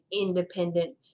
independent